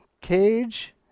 Cage